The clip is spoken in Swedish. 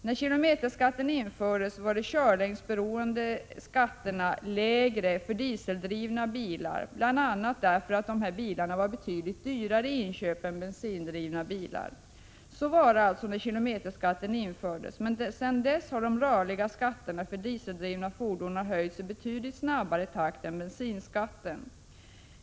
När kilometerskatten infördes var de körlängdsberoende skatterna lägre för dieseldrivna bilar, bl.a. därför att dessa bilar var betydligt dyrare i inköp än bensindrivna bilar. Så var det alltså när kilometerskatten infördes, men sedan dess har de rörliga skatterna för dieseldrivna fordon höjts i betydligt snabbare takt än bensinskatten.